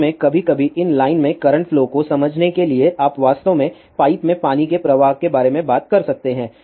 वास्तव में कभी कभी इन लाइन में करंट फ्लो को समझने के लिए आप वास्तव में पाइप में पानी के प्रवाह के बारे में बात कर सकते हैं